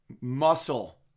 muscle